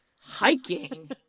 Hiking